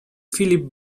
filip